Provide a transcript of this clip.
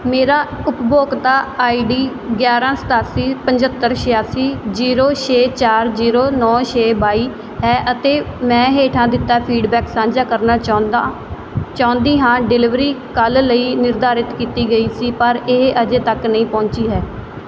ਮੇਰਾ ਉਪਭੋਗਤਾ ਆਈਡੀ ਗਿਆਰ੍ਹਾਂ ਸਤਾਸੀ ਪੰਝੱਤਰ ਛਿਆਸੀ ਜ਼ੀਰੋ ਛੇ ਚਾਰ ਜ਼ੀਰੋ ਨੌਂ ਛੇ ਬਾਈ ਹੈ ਅਤੇ ਮੈਂ ਹੇਠਾਂ ਦਿੱਤਾ ਫੀਡਬੈਕ ਸਾਂਝਾ ਕਰਨਾ ਚਾਹੁੰਦਾ ਚਾਹੁੰਦੀ ਹਾਂ ਡਿਲਿਵਰੀ ਕੱਲ੍ਹ ਲਈ ਨਿਰਧਾਰਤ ਕੀਤੀ ਗਈ ਸੀ ਪਰ ਇਹ ਅਜੇ ਤੱਕ ਨਹੀਂ ਪਹੁੰਚੀ ਹੈ